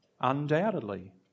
undoubtedly